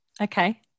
Okay